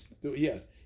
Yes